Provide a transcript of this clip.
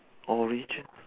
origin